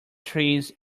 search